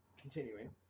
continuing